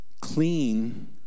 clean